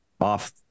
off